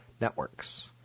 networks